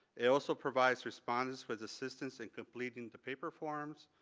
they also provide respondents with assistance in completeing the paper forms.